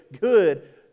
good